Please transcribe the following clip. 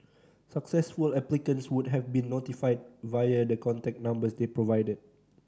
successful applicants would have been notified via the contact numbers they provided